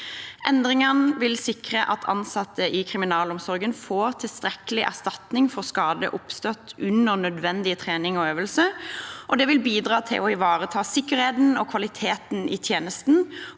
Endringene vil sikre at ansatte i kriminalomsorgen får tilstrekkelig erstatning for skader som har oppstått under nødvendig trening og øvelser. Det vil bidra til å ivareta sikkerheten og kvaliteten i tjenesten